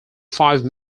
five